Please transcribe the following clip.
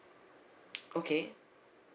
okay